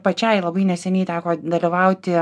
pačiai labai neseniai teko dalyvauti